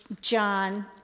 John